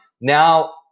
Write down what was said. now